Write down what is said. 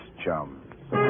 chums